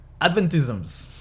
Adventisms